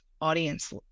audience